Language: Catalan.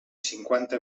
cinquanta